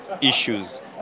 issues